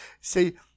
See